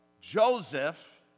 Joseph